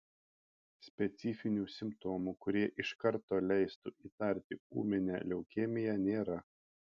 specifinių simptomų kurie iš karto leistų įtarti ūminę leukemiją nėra